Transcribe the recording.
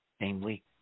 namely